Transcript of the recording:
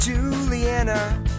Juliana